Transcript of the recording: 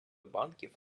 банків